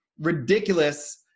ridiculous